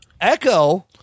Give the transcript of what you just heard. Echo